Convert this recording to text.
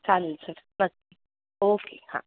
चालेल sir okay हां